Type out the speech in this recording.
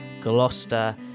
Gloucester